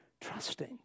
trusting